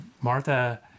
Martha